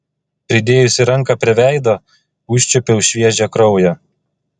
pridėjusi ranką prie veido užčiuopiau šviežią kraują